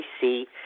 see